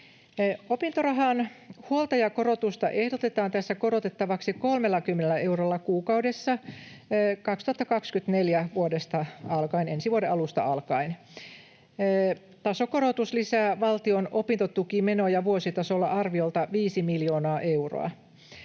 Opintorahan huoltajakorotusta ehdotetaan tässä korotettavaksi 30 eurolla kuukaudessa vuodesta 2024 alkaen, ensi vuoden alusta alkaen. Tasokorotus lisää valtion opintotukimenoja vuositasolla arviolta viisi miljoonaa euroa.